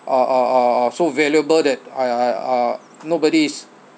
uh uh uh uh so valuable that uh uh uh nobody's